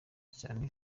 cyane